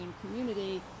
community